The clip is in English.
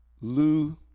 Lou